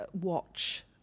watch